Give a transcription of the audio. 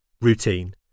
Routine